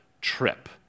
trip